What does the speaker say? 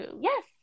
yes